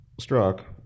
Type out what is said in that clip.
struck